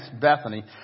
Bethany